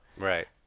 Right